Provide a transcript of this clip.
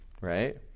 right